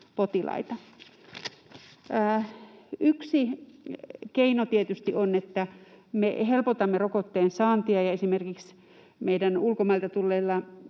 potilaita? Yksi keino tietysti on, että me helpotamme rokotteen saantia. Esimerkiksi meidän ulkomailta tulleiden